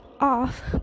off